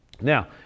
Now